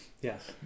Yes